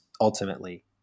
ultimately